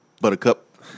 buttercup